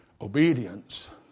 Obedience